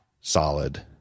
solid